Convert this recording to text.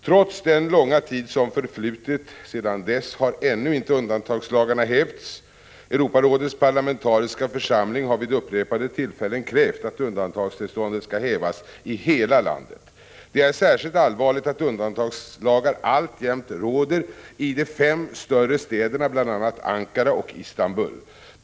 Trots den långa tid som förflutit sedan dess har ännu inte undantagslagarna hävts. Europarådets parlamentariska församling har vid upprepade tillfällen krävt att undantagstillståndet skall hävas i hela landet. Det är särskilt allvarligt att undantagslagar alltjämt råder i de fem större städerna, bl.a. Ankara och Istanbul.